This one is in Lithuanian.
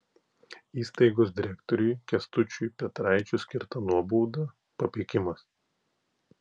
įstaigos direktoriui kęstučiui petraičiui skirta nuobauda papeikimas